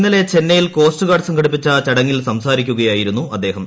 ഇന്നലെ ചെന്നൈയിൽ coast guard സംഘടിപ്പിച്ച ചടങ്ങിൽ സംസാരിക്കുകയായിരുന്നു അദ്ദേഹം